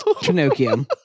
Pinocchio